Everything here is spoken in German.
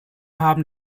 haben